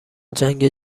جنگ